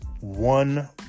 one